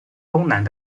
东南